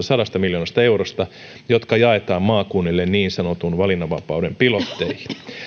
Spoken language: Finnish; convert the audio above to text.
sadasta miljoonasta eurosta joka jaetaan maakunnille niin sanotun valinnanvapauden pilotteihin